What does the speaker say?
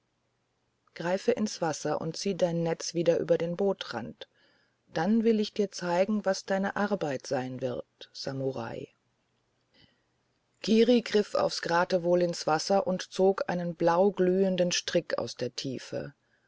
greife ins wasser und ziehe dein netz wieder über den bootrand dann will ich dir zeigen was deine arbeit sein wird samurai kiri griff aufs geratewohl ins wasser und zog einen blauglühenden strick aus der tiefe